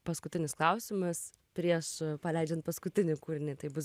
paskutinis klausimas prieš paleidžiant paskutinį kūrinį taip bus